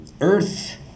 Earth